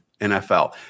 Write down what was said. NFL